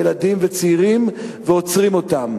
ילדים וצעירים ועוצרים אותם.